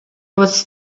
was